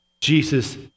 Jesus